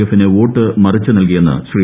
എഫിന് വോട്ട് മറിച്ചു നൽകിയെന്ന് ശ്രീ